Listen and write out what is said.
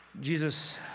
Jesus